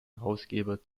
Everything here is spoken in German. herausgeber